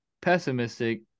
pessimistic